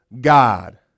God